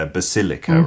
Basilica